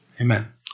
Amen